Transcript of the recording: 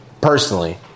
personally